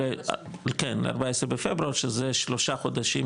ל-14 בפברואר שזה שלושה חודשים,